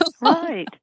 Right